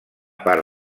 part